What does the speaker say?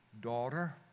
Daughter